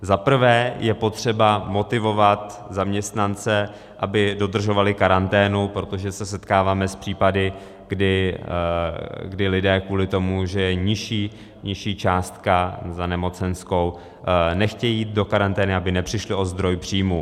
Za prvé je potřeba motivovat zaměstnance, aby dodržovali karanténu, protože se setkáváme s případy, kdy lidé kvůli tomu, že je nižší částka za nemocenskou, nechtějí jít do karantény, aby nepřišli o zdroj příjmů.